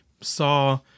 Saw